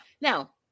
Now